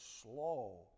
slow